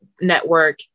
network